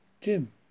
Jim